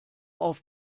auf